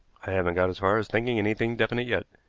i haven't got as far as thinking anything definite yet.